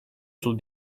sul